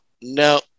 no